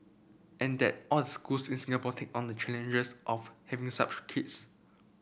and that all schools in Singapore take on the challenges of having such kids